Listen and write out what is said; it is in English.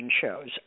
shows